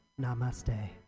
Namaste